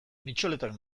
mitxoletak